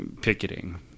picketing